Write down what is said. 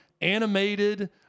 animated